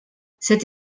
cette